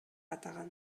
атаган